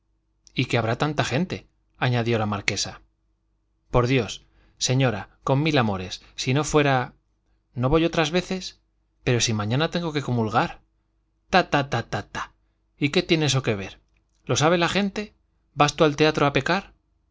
y que habrá tanta gente añadió la marquesa por dios señora con mil amores si no fuera no voy otras veces pero si mañana tengo que comulgar ta ta ta ta y qué tiene eso que ver lo sabe la gente vas tú al teatro a pecar